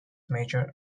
majors